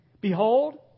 Behold